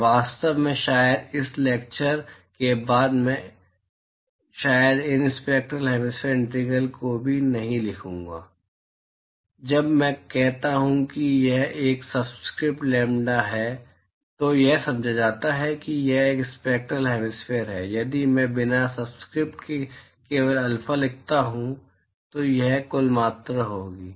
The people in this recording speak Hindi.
और वास्तव में शायद इस लैक्चल के बाद मैं शायद इन स्पैक्टरल हैमिस्फेरिकल इंटीग्रल्स को भी नहीं लिखूंगा जब मैं कहता हूं कि यह एक सबस्क्रिप्ट लैम्ब्डा है तो यह समझा जाता है कि यह स्पैक्टरल हैमिस्फेरिकल है यदि मैं बिना सबस्क्रिप्ट के केवल अल्फा लिखता हूं तो यह कुल मात्रा होगी